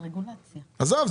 עזוב,